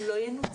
הוא לא ינוצל.